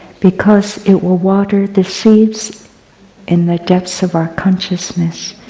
because it will water the seeds in the depths of our consciousness.